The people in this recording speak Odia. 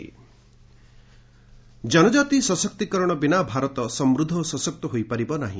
ରାଜ୍ୟପାଳ ଜନଜାତି ସଶକ୍ତୀକରଣ ବିନା ଭାରତ ସମୃଦ୍ଧ ଓ ସଶକ୍ତ ହୋଇପାରିବ ନାହି